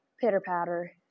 Pitter-patter